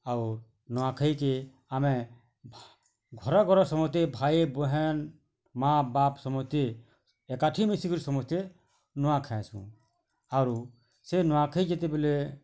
ଆଉ ନୂଆଖାଇକେ ଆମେ ଘର ଘର ସମସ୍ତେ ଭାଇ ବେହେନ୍ ମାଆ ବାପ୍ ସମସ୍ତେ ଏକାଠି ମିଶି କିରି ସମସ୍ତେ ନୂଆ ଖାଇସୁଁ ଆରୁ ସେ ନୂଆଖାଇ ଯେତେବେଲେ